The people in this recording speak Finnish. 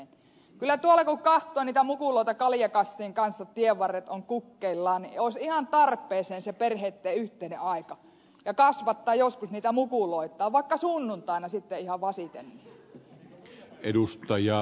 kyllä tuolla kun kahtoo niitä mukuloita kaljakassien kanssa tienvarret on kukkeillaan niin ois ihan tarpeeseen se perheitten yhteinen aika ja kasvattaa joskus niitä mukuloitaan vaikka sunnuntaina sitten ihan vasiten